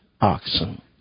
oxen